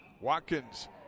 Watkins